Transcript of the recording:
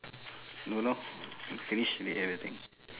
don't know finish with everything